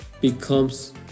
becomes